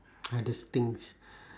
hardest things